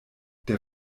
der